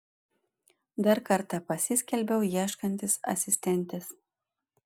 dar kartą pasiskelbiau ieškantis asistentės